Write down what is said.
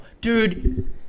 dude